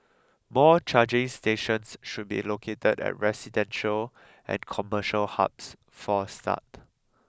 more charging stations should be located at residential and commercial hubs for a start